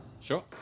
Sure